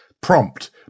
prompt